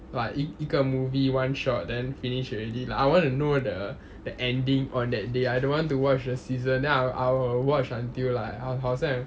but 一一个 movie one shot then finish already lah I want to know the the ending on that day I don't want to watch the season then I'll I'd watch until like 好好像